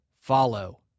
follow